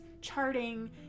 charting